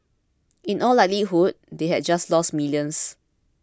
in all likelihood they had just lost millions